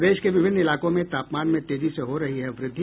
प्रदेश के विभिन्न इलाकों में तापमान में तेजी से हो रही है वृद्धि